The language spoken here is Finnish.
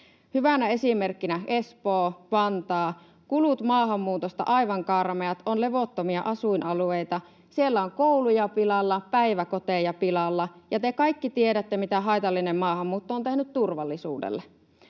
Hyvinä esimerkkeinä Espoo, Vantaa: Kulut maahanmuutosta aivan karmeat. On levottomia asuinalueita. Siellä on kouluja pilalla, päiväkoteja pilalla, ja te kaikki tiedätte, mitä haitallinen maahanmuutto on tehnyt turvallisuudelle.